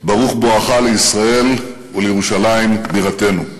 ברוך בואך לישראל ולירושלים בירתנו.